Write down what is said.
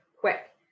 quick